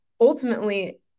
ultimately